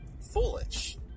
foolish